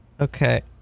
Okay